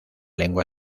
lengua